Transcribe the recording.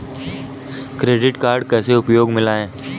Credit card कैसे उपयोग में लाएँ?